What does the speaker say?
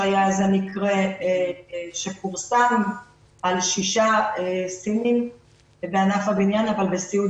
שהיה איזה מקרה שפורסם על שישה סינים אבל בסיעוד